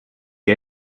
die